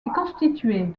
constituée